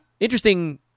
Interesting